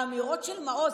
האמירות של מעוז,